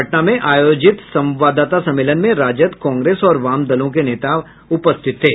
पटना में आयोजित संवाददाता सम्मेलन में राजद कांग्रेस और वाम दलों के नेता उपस्थित थे